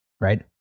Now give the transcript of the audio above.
right